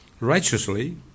Righteously